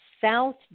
South